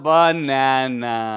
Banana